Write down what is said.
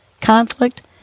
conflict